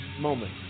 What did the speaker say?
moment